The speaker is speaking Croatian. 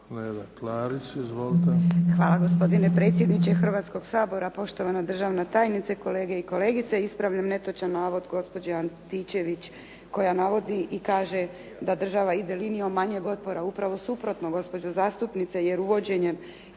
Hvala gospodine predsjedniče Hrvatskog sabora. Poštovana državna tajnice, kolege i kolegice. Ispravljam netočan navod gospođe Antičević koja navodi i kaže da država ide linijom manjeg otpora. Upravo suprotno gospođo zastupnice jer uvođenjem